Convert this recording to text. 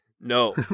No